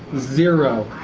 zero.